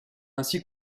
ainsi